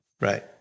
Right